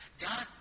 God